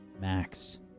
Max